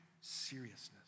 seriousness